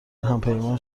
همپیمان